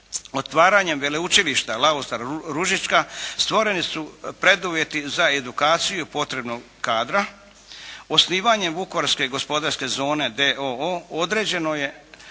otvaranjem Veleučilišta Lavoslav Ružička stvoreni su preduvjeti za edukaciju potrebnog kadra, osnivanjem Vukovarske gospodarske zone d.o.o. određeno je